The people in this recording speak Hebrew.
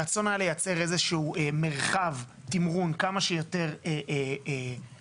הרצון היה לייצר איזשהו מרחב תמרון כמה שיותר מותאם,